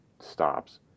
stops